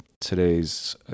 today's